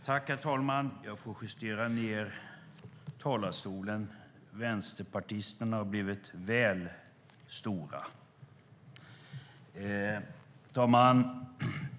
Herr talman! Jag får justera ned talarstolen - vänsterpartisterna har blivit lite väl stora. Herr talman!